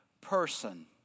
person